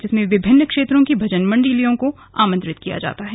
जिसमें विभिन्न क्षेत्रों की भजन मंडलियों को आमंत्रित किया गया है